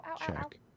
check